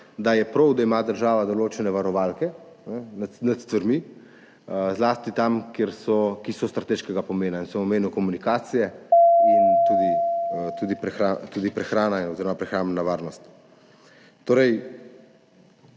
da je prav, da ima država določene varovalke nad stvarmi, zlasti tiste, ki so strateškega pomena, omenil sem komunikacije in tudi prehrano oziroma prehrambno varnost.